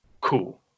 cool